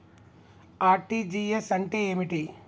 RTGS అంటే ఏమిటి?